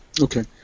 okay